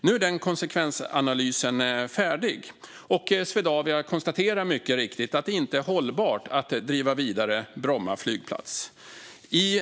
Nu är den konsekvensanalysen färdig, och Swedavia konstaterar mycket riktigt att det inte är hållbart att driva Bromma flygplats vidare.